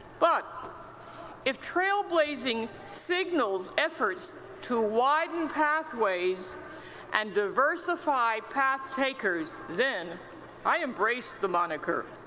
but if trailblazing signals efforts to widen pathways and diversify path-takers, then i embrace the moniker.